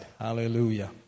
Hallelujah